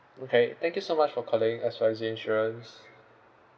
okay thank you so much for calling X Y Z insurance